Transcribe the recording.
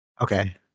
Okay